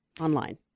online